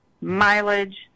mileage